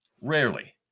Rarely